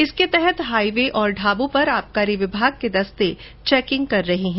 इसके तहत हाईवे और ढाबों पर आबकारी विभाग के दस्ते चैकिंग कर रहे हैं